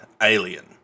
Alien